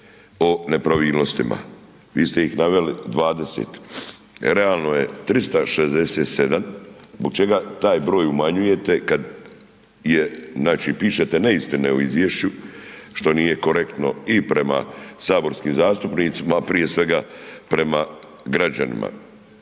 o nepravilnostima, vi ste ih naveli 20, realno je 367, zbog čega taj broj umanjujete kad je, znači, pišete neistine o izvješću, što nije korektno i prema saborskim zastupnicima, prije svega, prema građanima.